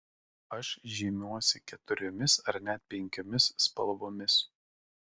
aš žymiuosi keturiomis ar net penkiomis spalvomis